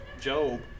Job